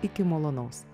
iki malonaus